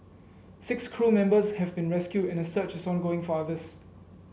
six crew members have been rescued and a search is ongoing for others